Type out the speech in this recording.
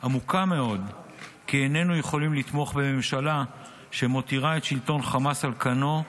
עמוקה מאוד כי איננו יכולים לתמוך בממשלה שמותירה את שלטון חמאס על כנו,